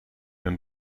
mijn